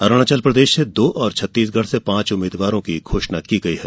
अरुणाचल प्रदेश से दो और छत्तीसगढ़ से पांच उम्मीदवारों की घोषणा की गयी है